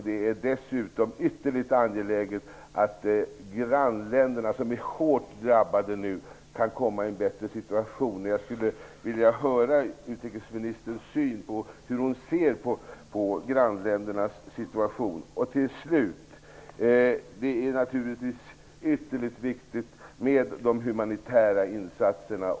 Det är dessutom ytterligt angeläget att grannländerna som nu är hårt drabbade kan komma i en bättre situation. Jag skulle vilja höra hur utrikesministern ser på grannländernas situation. Det är naturligtvis ytterligt viktigt med de humanitära insatserna.